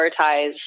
prioritize